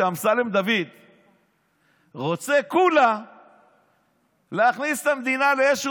כשאמסלם דוד רוצה כולה להכניס את המדינה לאיזשהו